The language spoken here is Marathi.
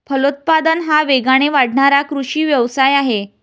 फलोत्पादन हा वेगाने वाढणारा कृषी व्यवसाय आहे